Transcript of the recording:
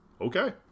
okay